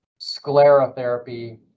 sclerotherapy